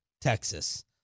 Texas